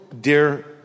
dear